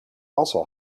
also